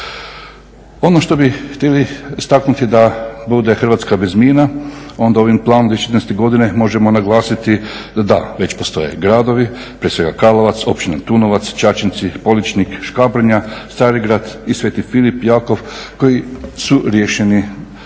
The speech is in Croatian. Ono što bi htjeli istaknuti da bude Hrvatska bez mina, onda ovim planom 2013. godine možemo naglasiti, da, već postoje gradovi, prije svega Karlovac, Općina Antunovac, Čačinci, Poličnik, Škabrnja, Starigrad i Sv. Filip i Jakov koji su riješeni problem